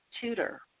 tutor